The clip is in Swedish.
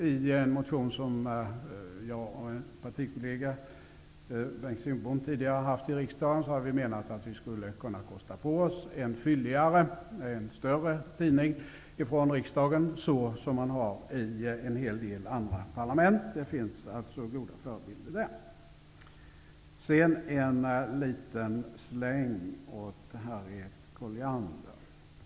I en motion som jag och min partikollega Bengt Kindbom tidigare väckt här i riksdagen, har vi menat att vi från rikdagen skulle kunna kosta på oss en fylligare och större tidning, så som man har i en hel del andra parlament. Det finns alltså goda förebilder där. Sedan en liten släng åt Harriet Colliander.